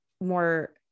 more